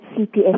CPS